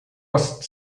ost